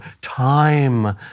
time